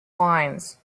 lines